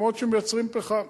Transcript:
מקומות שמייצרים פחם,